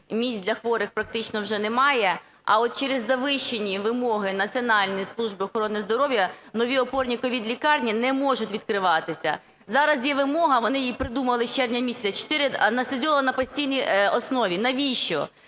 місць для хворих практично вже немає. А от через завищені вимоги Національної служби охорони здоров'я нові опорні COVID-лікарні не можуть відкриватися. Зараз є вимога, вони її придумали з червня місяця – анестезіолог на постійній основі. Навіщо?